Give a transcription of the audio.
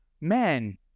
man